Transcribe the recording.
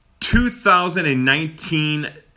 2019